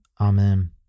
Amen